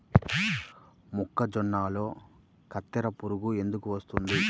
మొక్కజొన్నలో కత్తెర పురుగు ఎందుకు వస్తుంది?